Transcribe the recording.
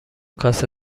کاسه